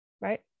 right